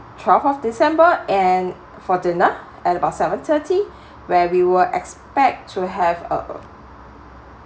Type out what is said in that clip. twelve of december and for dinner at about seven-thirty where we were expect to have uh